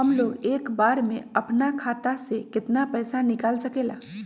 हमलोग एक बार में अपना खाता से केतना पैसा निकाल सकेला?